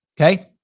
Okay